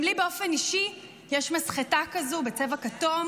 גם לי באופן אישי יש מסחטה כזו בצבע כתום